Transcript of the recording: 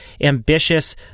ambitious